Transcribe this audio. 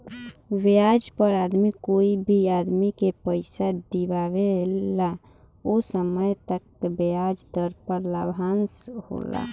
ब्याज पर आदमी कोई भी आदमी के पइसा दिआवेला ओ समय तय ब्याज दर पर लाभांश होला